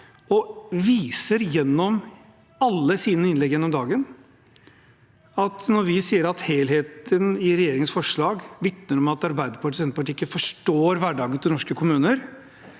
og som gjennom alle sine innlegg viser at når vi sier at helheten i regjeringens forslag vitner om at Arbeiderpartiet og Senterpartiet ikke forstår hverdagen til norske kommuner,